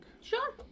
Sure